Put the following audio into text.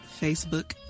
Facebook